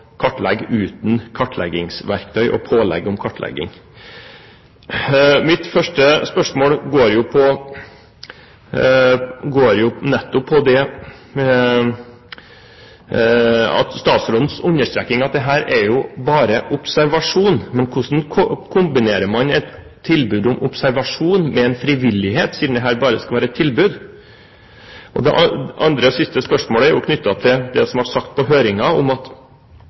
kartlegge uten kartleggingsverktøy og pålegg om kartlegging. Mitt første spørsmål går nettopp på statsrådens understreking av at dette bare er en observasjon. Men hvordan kombinerer man et tilbud om observasjon med frivillighet, siden dette bare skal være et tilbud? Det andre spørsmålet er knyttet til det som ble sagt på høringen, om at